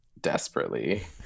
desperately